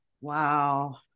Wow